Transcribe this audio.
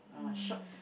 mm